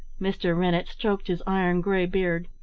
mr. rennett stroked his iron grey beard.